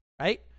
right